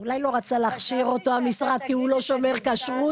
אולי הוא לא רצה להכשיר אותו כי המשרד לא שומר כשרות,